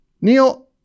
Neil